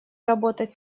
работать